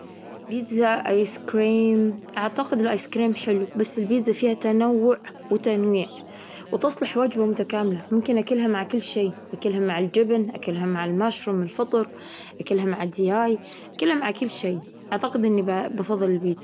بيتزا، آيس كريم. أعتقد الآيس كريم حلو، بس البيتزا فيها تنوع وتنويع وتصلح وجبة متكاملة. ممكن أكلها مع كل شيء: أكلها مع الجبن، أكلها مع الماشروم (الفطر)، أكلها مع الدياي. كله مع كل شيء. أعتقد أني بفضل البيتزا.